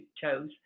chose